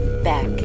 back